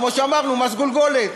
כמו שאמרנו, מס גולגולת.